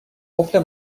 قفل